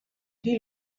die